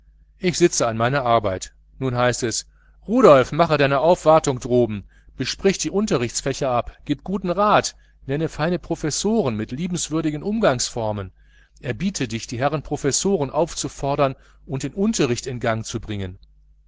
ich sitze an meiner arbeit nun heißt es rudolf mach deine aufwartung droben besprich die unterrichtsfächer gib guten rat nenne feine professoren mit liebenswürdigen umgangsformen erbiete dich die herrn professoren aufzufordern und den unterricht in gang zu bringen